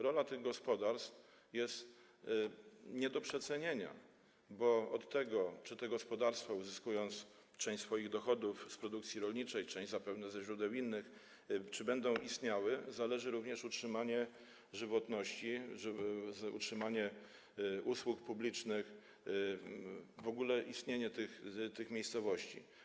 Rola tych gospodarstw jest nie do przecenienia, bo od tego, czy takie gospodarstwa, uzyskując część swoich dochodów z produkcji rolniczej, część zapewne z innych źródeł, będą istniały, zależy również utrzymywanie żywotności, utrzymanie usług publicznych, w ogóle istnienie tych miejscowości.